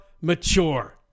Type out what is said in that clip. mature